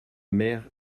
mère